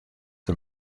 der